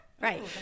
Right